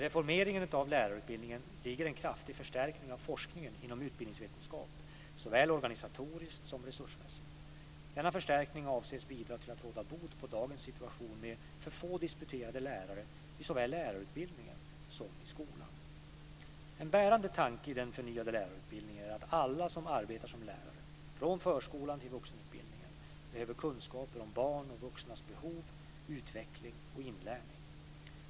I reformeringen av lärarutbildningen ligger en kraftig förstärkning av forskningen inom utbildningsvetenskap såväl organisatoriskt som resursmässigt. Denna förstärkning avses bidra till att råda bot på dagens situation med för få disputerade lärare i såväl lärarutbildningen som i skolan.